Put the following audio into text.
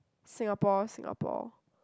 Singapore Singapore